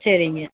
சரிங்க